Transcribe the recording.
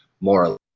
more